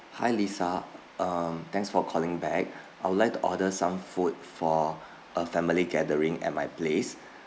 hi lisa um thanks for calling back I would like to order some food for a family gathering at my place